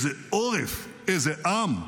איזה עורף.